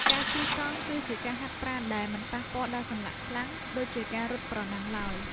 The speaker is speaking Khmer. ការជិះកង់ គឺជាការហាត់ប្រាណដែលមិនប៉ះពាល់ដល់សន្លាក់ខ្លាំង ដូចជាការរត់ប្រណាំងឡើយ។